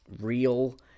real